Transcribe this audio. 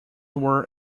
were